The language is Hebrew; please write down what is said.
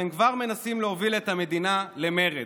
והם כבר מנסים להוביל את המדינה למרד.